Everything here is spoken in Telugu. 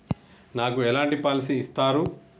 నాకు ఎలాంటి పాలసీ ఇస్తారు?